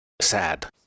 sad